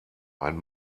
ein